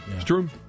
true